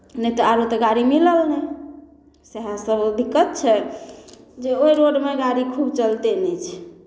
नहि तऽ आरो तऽ गाड़ी मिलल नहि सएहसभ दिक्कत छै जे ओहि रोडमे गाड़ी खूब चलिते नहि छै